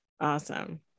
Awesome